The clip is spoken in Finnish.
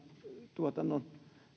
tuotannon